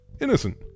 Innocent